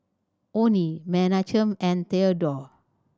Onie Menachem and Thedore